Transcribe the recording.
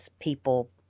people